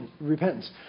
Repentance